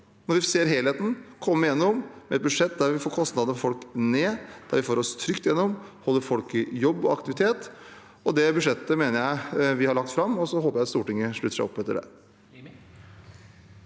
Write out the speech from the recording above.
når vi ser helheten, komme gjennom med et budsjett som får kostnadene for folk ned, som får oss trygt gjennom og holder folk i jobb og aktivitet. Det budsjettet mener jeg vi har lagt fram, og så håper jeg Stortinget slutter seg til det.